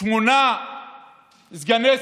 למשרד אחד,